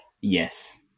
Yes